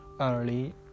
early